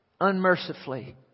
unmercifully